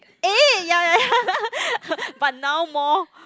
eh ya ya ya but now more